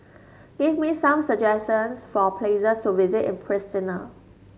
give me some suggestions for places to visit in Pristina